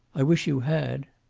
i wish you had.